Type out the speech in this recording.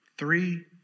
three